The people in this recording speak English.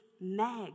Meg